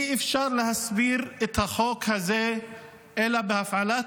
אי-אפשר להסביר את החוק הזה אלא בהפעלת